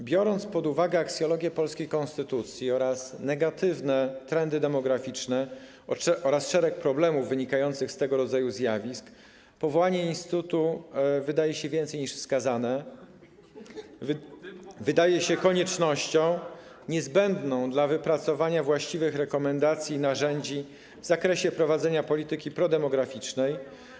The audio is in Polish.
Jeśli wziąć pod uwagę aksjologię polskiej konstytucji, negatywne trendy demograficzne oraz szereg problemów wynikających z tego rodzaju zjawisk, to powołanie instytutu wydaje się więcej niż wskazane, wydaje się koniecznością niezbędną do wypracowania właściwych rekomendacji i narzędzi w zakresie prowadzenia polityki prodemograficznej.